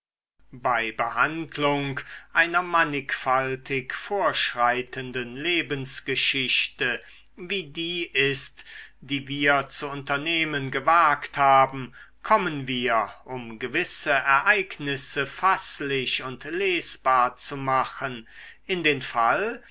bei behandlung einer mannigfaltig vorschreitenden lebensgeschichte wie die ist die wir zu unternehmen gewagt haben kommen wir um gewisse ereignisse faßlich und lesbar zu machen in den fall